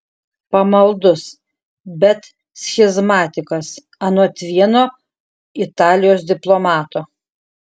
pamaldus bet schizmatikas anot vieno italijos diplomato